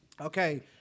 Okay